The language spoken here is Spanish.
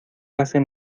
hacen